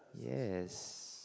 yes